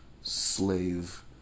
Slave